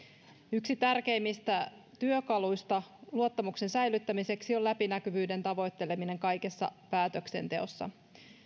yksi tärkeimmistä työkaluista luottamuksen säilyttämiseksi on läpinäkyvyyden tavoitteleminen kaikessa päätöksenteossa